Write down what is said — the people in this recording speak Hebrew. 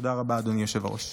תודה רבה, אדוני היושב-ראש.